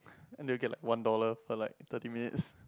and they get like one dollar per like thirty minutes